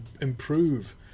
improve